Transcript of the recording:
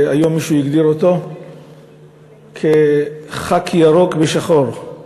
שהיום מישהו הגדיר אותו כ"ח"כ ירוק ושחור";